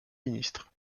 ministres